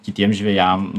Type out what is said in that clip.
kitiem žvejam